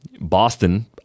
Boston